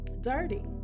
dirty